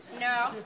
No